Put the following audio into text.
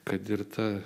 kad ir ta